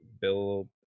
Bill